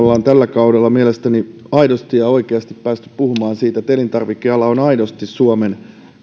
kaudella mielestäni aidosti ja oikeasti päässeet puhumaan siitä että elintarvikeala on aidosti suomen